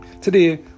Today